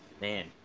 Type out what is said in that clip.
man